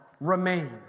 remain